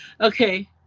Okay